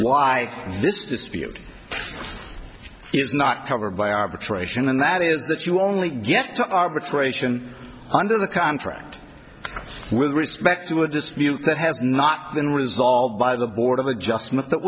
this dispute is not covered by arbitration and that is that you only get to arbitration under the contract with respect to a dispute that has not been resolved by the board of adjustment that